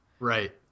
Right